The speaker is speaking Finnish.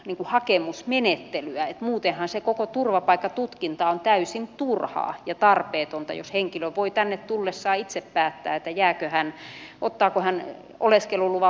muutenhan se koko turvapaikkatutkinta on täysin turhaa ja tarpeetonta jos henkilö voi tänne tullessaan itse päättää jääkö hän ottaako hän oleskeluluvan vastaan vai ei